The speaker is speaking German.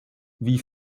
wie